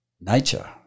nature